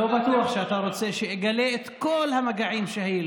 לא בטוח שאתה רוצה שאגלה את כל המגעים שהיו.